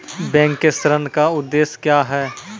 Bank के ऋण का उद्देश्य क्या हैं?